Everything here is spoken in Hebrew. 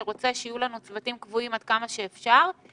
שרוצה שיהיו לנו צוותים קבועים עד כמה שאפשר וגם